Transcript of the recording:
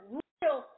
real